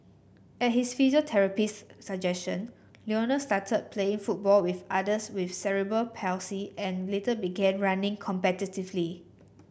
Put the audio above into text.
at his physiotherapist suggestion Lionel started play football with others with cerebral palsy and later began running competitively